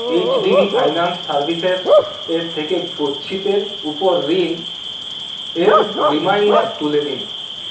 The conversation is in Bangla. এইচডিবি ফাইন্যান্স সার্ভিসেস এর থেকে গচ্ছিতের উপর ঋণ এর রিমাইন্ডার তুলে দিন